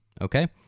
okay